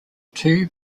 two